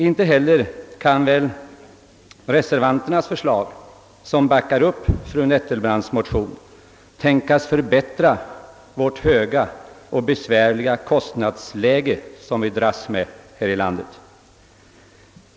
Inte heller kan väl reservanternas förslag, som i stort sett överensstämmer med fru Nettelbrandts motionsyrkande, tänkas förbättra det höga och besvärliga kostnadsläge som vi dras med här i landet.